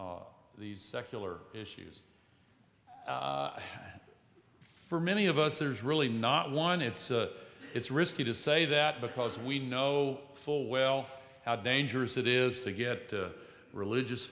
these secular issues for many of us there's really not one it's a it's risky to say that because we know full well how dangerous it is to get religious